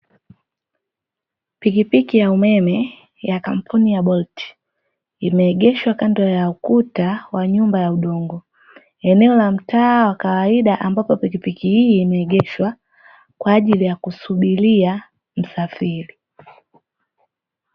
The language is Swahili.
Pikipiki ya umeme ya kampuni ya BOLT imeegeshwa kando ya ukuta wa nyumba ya udingo, Eneo la mtaa wa kawaida ambalo pikipiki hii imeegeshwa kwaajili ya kusubilia msafiri.